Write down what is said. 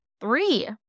three